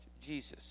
Jesus